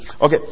Okay